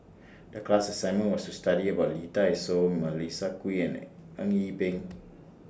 The class assignment was to study about Lee Dai Soh Melissa Kwee and Eng Yee Peng